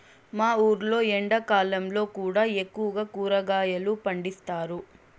మా ఊర్లో ఎండాకాలంలో కూడా ఎక్కువగా కూరగాయలు పండిస్తారు